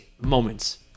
moments